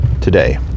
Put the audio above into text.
today